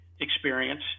experience